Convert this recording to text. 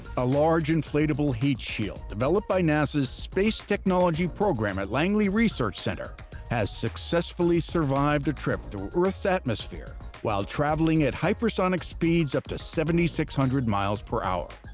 a large inflatable heat shield developed by nasa's space technology program at langley research center has successfully survived a trip through earth's atmosphere while travelling at hypersonic speeds up to seventy six hundred miles per hour.